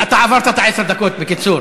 אתה עברת את עשר הדקות, בקיצור.